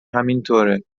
همینطوره